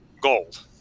gold